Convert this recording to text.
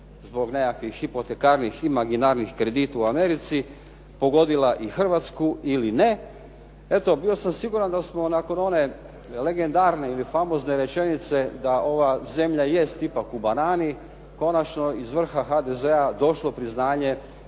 zbog nekakvih hipotekarnih i imaginarnih kredita u Americi, pogodila i Hrvatsku ili ne. eto bio sam siguran da smo nakon one legendarne ili famozne rečenice, da ova zemlja jest ipak u banani, konačno iz vrha HDZ-a došlo priznanje